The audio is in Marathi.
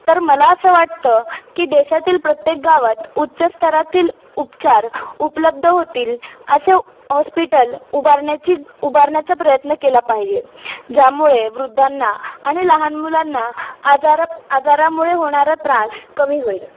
तर मला असं वाटतं की देशातील प्रत्येक गावात उच्च स्तरातील उपचार उपलब्ध होतील असे हॉस्पिटल उभारण्याची उभारण्याचा प्रयत्न केला पाहिजे ज्यामुळे वृद्धांना आणि लहान मुलांना आजार आजारामुळे होणारा त्रास कमी होईल